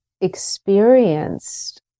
experienced